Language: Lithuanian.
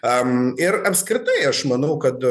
am ir apskritai aš manau kad